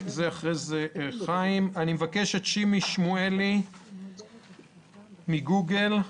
שימי שמואלי מגוגל,